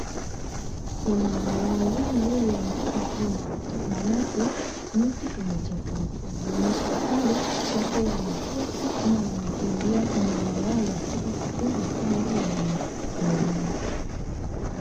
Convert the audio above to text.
Wanaume wawili wanakimbia manake nyuki imetokelezea na nyuki hawa wako wanamfuata ama wanakimbia nyuma yao wakitaka kukula hawa wanaume wawili.